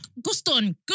Guston